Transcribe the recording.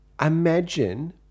imagine